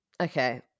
okay